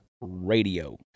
RADIO